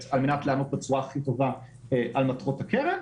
על מנת לענות בצורה הכי טובה על מטרות הקרן.